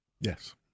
yes